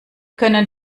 können